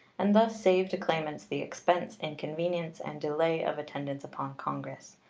and thus save to claimants the expense, inconvenience, and delay of attendance upon congress,